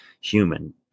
human